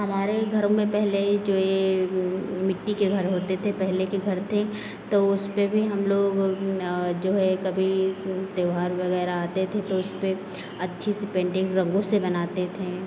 हमारे घर में पहले जो ये मिट्टी के घर होते थे पहले के घर थे तो उस पे भी हम लोग जो है कभी त्यौहार वगैरह आते थे तो इस पे अच्छी सी पेंटिंग रंगों से बनाते थे